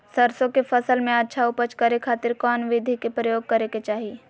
सरसों के फसल में अच्छा उपज करे खातिर कौन विधि के प्रयोग करे के चाही?